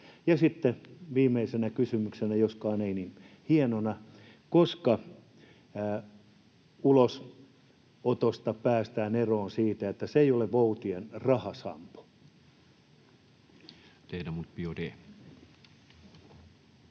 sitten viimeisenä kysymyksenä, joskaan ei niin hienona: koska ulosotossa päästään eroon siitä, että se ei ole voutien rahasampo? [Speech 450]